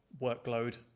workload